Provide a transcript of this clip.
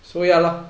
so ya lor